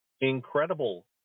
incredible